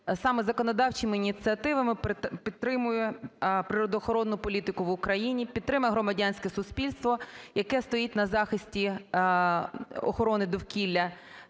саме законодавчими ініціативами підтримує природоохоронну політику в Україні, підтримує громадянське суспільство, яке стоїть на захисті охорони довкілля.